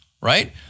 Right